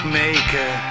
maker